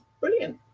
brilliant